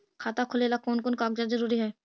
खाता खोलें ला कोन कोन कागजात जरूरी है?